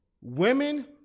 women